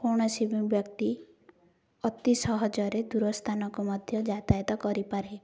କୌଣସି ବି ବ୍ୟକ୍ତି ଅତି ସହଜରେ ଦୂରସ୍ଥାନକୁ ମଧ୍ୟ ଯାତାୟତ କରିପାରେ